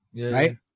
right